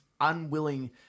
unwilling